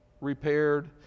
repaired